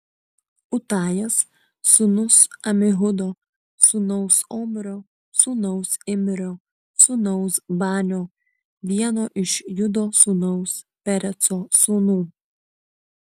utajas sūnus amihudo sūnaus omrio sūnaus imrio sūnaus banio vieno iš judo sūnaus pereco sūnų